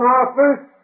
office